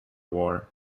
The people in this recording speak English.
war